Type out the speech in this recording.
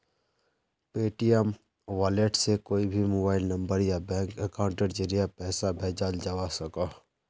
Paytm wallet से कोए भी मोबाइल नंबर या बैंक अकाउंटेर ज़रिया पैसा भेजाल जवा सकोह